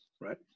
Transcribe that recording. right